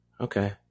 Okay